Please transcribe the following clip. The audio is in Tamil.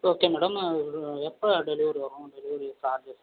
ஓகே மேடம் எப்போ டெலிவரி வரும் டெலிவரி சார்ஜெஸ்